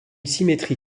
symétrie